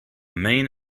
main